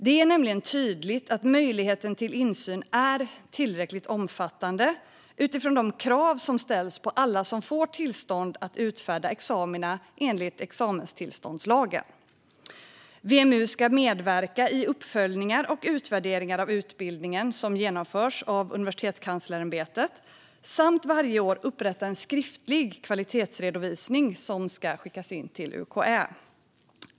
Det är nämligen tydligt att möjligheten till insyn är tillräckligt omfattande utifrån de krav som ställs på alla som får tillstånd att utfärda examina enligt examenstillståndslagen. WMU ska medverka i de uppföljningar och utvärderingar av utbildningen som genomförs av Universitetskanslersämbetet, UKÄ, samt varje år upprätta en skriftlig kvalitetsredovisning som ska skickas in till UKÄ.